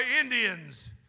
Indians